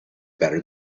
better